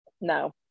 No